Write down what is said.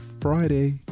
Friday